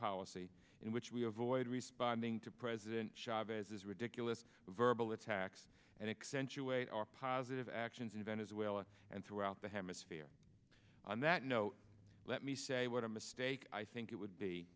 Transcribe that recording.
policy in which we avoid responding to president chavez's ridiculous verbal attacks and accentuate our positive actions in venezuela and throughout the hemisphere on that note let me say what a mistake i think it would be